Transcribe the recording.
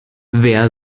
wer